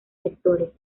sectores